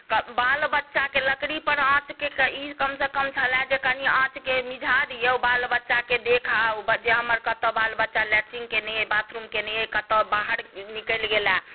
बाल बच्चाकेँ लकड़ीपर आँचकेँ ई कमसँ कम छलए जे कनी आँचकेँ मिझा दियौ बाल बच्चाकेँ देख आउ जे हमर कतय बाल बच्चा लेट्रिंग कएने अइ बाथरुम कएने अइ कतय बाहर निकैल गेलए